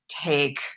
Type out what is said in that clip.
take